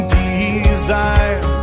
desire